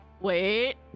wait